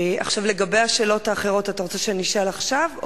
עכשיו לגבי השאלות האחרות, אתה רוצה שאשאל עכשיו?